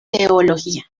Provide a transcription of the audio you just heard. teología